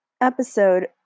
episode